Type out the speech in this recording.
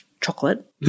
chocolate